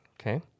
Okay